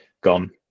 gone